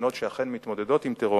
המדינות שאכן מתמודדות עם טרור,